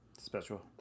special